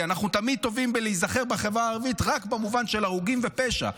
כי אנחנו תמיד טובים בלהיזכר בחברה הערבית רק במובן של הרוגים ופשע.